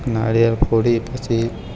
નાળિયેર ફોડી પછી